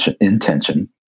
intention